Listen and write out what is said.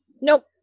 Nope